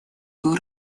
был